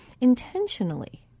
intentionally